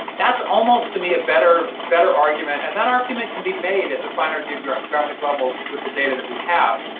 that's almost to me a better better argument and that argument can be made at the finer geographic levels with the data that we have.